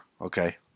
Okay